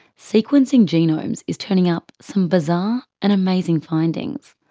sequencing genomes is turning up some bizarre and amazing findings.